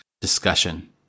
discussion